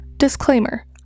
Disclaimer